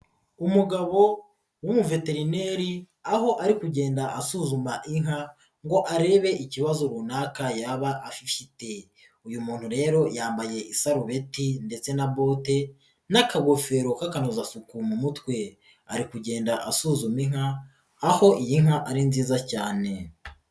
Umugabo w'umuveterineri, aho ari kugenda asuzuma inka ngo arebe ikibazo runaka yaba ifite, uyu muntu rero yambaye isarubeti ndetse na bote n'akagofero k'akanozasuku mu mutwe, ari kugenda asuzuma inka, aho iyi nka ari nziza cyane.